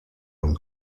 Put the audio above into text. own